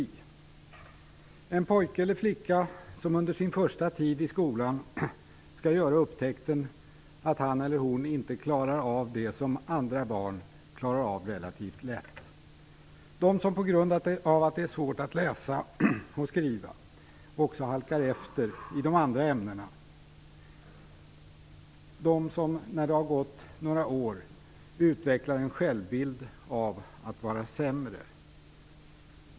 Det gäller en pojke eller en flicka som under sin första tid i skolan gör upptäckten att han eller hon inte klarar av det som andra barn klarar av relativt lätt. Det gäller dem som på grund av svårigheter med att läsa och skriva halkar efter också i de andra ämnena. Det gäller dem som, när det har gått några år, utvecklar en självbild av att vara sämre.